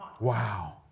Wow